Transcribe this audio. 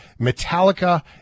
Metallica